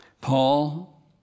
Paul